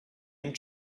and